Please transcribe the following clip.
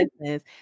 business